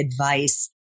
advice